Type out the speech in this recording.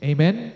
Amen